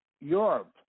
Europe